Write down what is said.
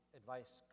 advice